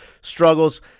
struggles